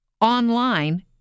online